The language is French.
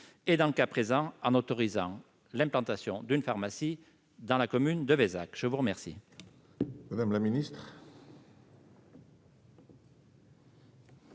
dans le cas présent, en autorisant l'implantation d'une pharmacie dans la commune de Vézac ? La parole